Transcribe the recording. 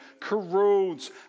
corrodes